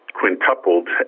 quintupled